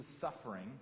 suffering